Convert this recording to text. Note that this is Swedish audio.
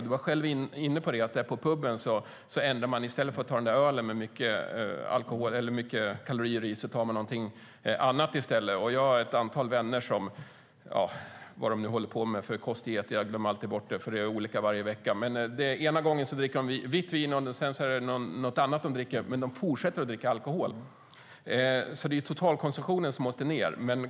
Du var själv inne på att man tar något annat på puben än den där ölen med mycket kalorier i. Jag har ett antal vänner som håller på med olika kostdieter. Jag glömmer alltid bort vad det är för dieter, för det är olika varje vecka. Ena gången dricker de bara vitt vin, och nästa gång dricker de bara något annat. Men de fortsätter att dricka alkohol. Totalkonsumtionen måste ned.